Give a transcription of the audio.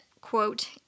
quote